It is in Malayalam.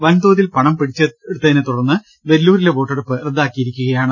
വൻതോതിൽ പണം പിടിച്ചെടുത്തതിനെ ത്തുടർന്ന് വെല്ലൂരിലെ വോട്ടെടുപ്പ് റദ്ദാക്കിയിരിക്കുകയാണ്